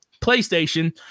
playstation